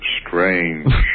strange